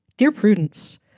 dear prudence,